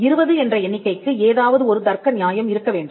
20 என்ற எண்ணிக்கைக்கு ஏதாவது ஒரு தர்க்க நியாயம் இருக்க வேண்டும்